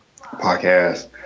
podcast